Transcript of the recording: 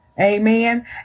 Amen